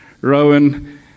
Rowan